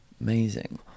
amazing